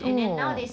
oh